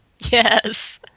yes